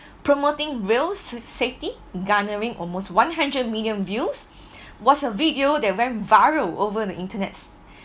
promoting rails saf~ safety garnering almost one hundred million views was a video that went viral over the internets